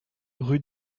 rue